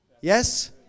Yes